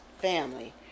family